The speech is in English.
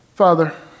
Father